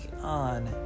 on